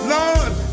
Lord